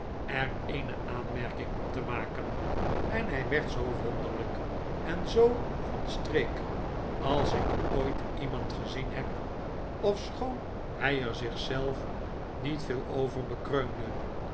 er eene aanmerking op te maken en hy werd zoo wonderlyk en zoo van streek als ik ooit iemand gezien heb ofschoon hij er zich zelf niet veel over bekreunde